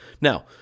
Now